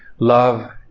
love